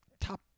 top